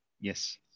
Yes